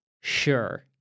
sure